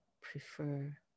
prefer